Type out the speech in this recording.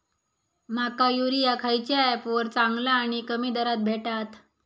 माका युरिया खयच्या ऍपवर चांगला आणि कमी दरात भेटात?